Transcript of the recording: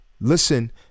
Listen